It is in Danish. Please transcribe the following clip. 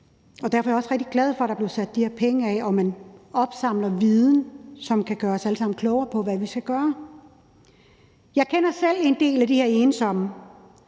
og derfor er jeg også rigtig glad for, at der blev sat de her penge af, og at man opsamler viden, som kan gøre os alle sammen klogere på, hvad vi skal gøre. Jeg kender selv en del af de her ensomme,